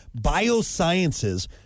Biosciences